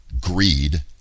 greed